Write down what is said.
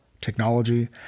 technology